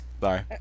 Sorry